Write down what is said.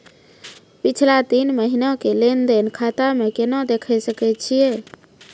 पिछला तीन महिना के लेंन देंन खाता मे केना देखे सकय छियै?